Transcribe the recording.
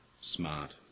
smart